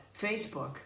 Facebook